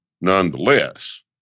nonetheless